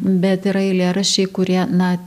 bet yra eilėraščiai kurie na